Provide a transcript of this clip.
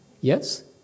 Yes